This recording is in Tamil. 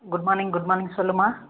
குட் மார்னிங் குட் மார்னிங் சொல்லுமா